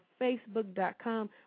Facebook.com